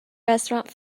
restaurant